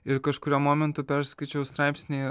ir kažkuriuo momentu perskaičiau straipsnį